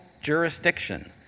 jurisdiction